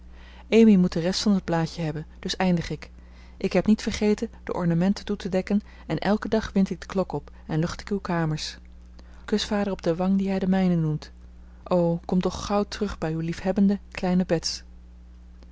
amy moet de rest van het blaadje hebben dus eindig ik ik heb niet vergeten de ornamenten toe te dekken en elken dag wind ik de klok op en lucht ik uw kamers kus vader op de wang die hij de mijne noemt o kom toch gauw terug bij uw liefhebbende kleine bets